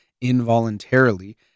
involuntarily